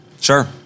Sure